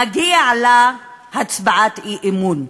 מגיעה לה הצבעת אי-אמון.